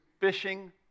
fishing